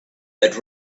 that